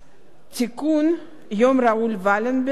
יום ראול ולנברג וחסידי אומות העולם),